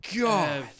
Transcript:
god